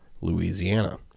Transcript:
Louisiana